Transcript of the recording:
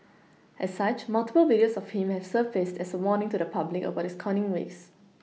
as such multiple videos of him have surfaced as a warning to the public about his conning ways